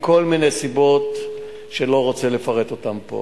מכל מיני סיבות שאני לא רוצה לפרט אותן פה.